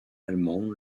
allemandes